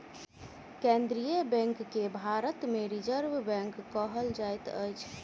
केन्द्रीय बैंक के भारत मे रिजर्व बैंक कहल जाइत अछि